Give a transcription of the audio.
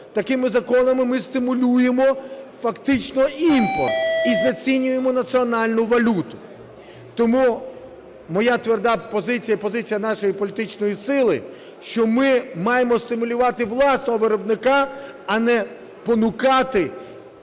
Такими законами ми стимулюємо фактично імпорт і знецінюємо національну валюту. Тому моя тверда позиція і позиція нашої політичної сили, що ми маємо стимулювати власного виробника, а не понукати